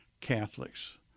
Catholics